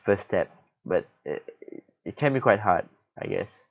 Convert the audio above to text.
first step but it it can be quite hard I guess